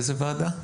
באיזה ועדה?